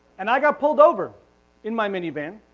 and i got pulled over in my minivan